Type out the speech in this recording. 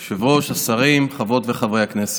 היושב-ראש, השרים, חברות וחברי הכנסת,